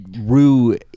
Rue